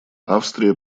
австрия